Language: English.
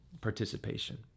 participation